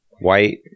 white